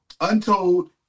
Untold